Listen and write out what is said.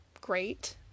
great